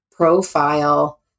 profile